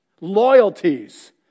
Loyalties